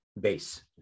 base